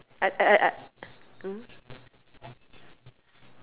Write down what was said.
I I I